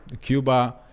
Cuba